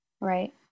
Right